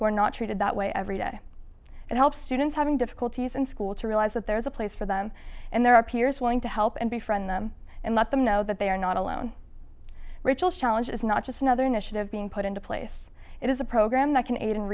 who are not treated that way every day and help students having difficulties in school to realize that there is a place for them and there are peers willing to help and be friend them and let them know that they are not alone rachel challenge is not just another initiative being put into place it is a program that can